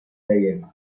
reien